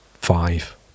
five